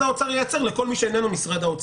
האוצר ייצר לכל מי שאיננו משרד האוצר.